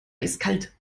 eiskalt